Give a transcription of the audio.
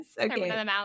Okay